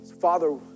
Father